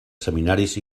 seminaris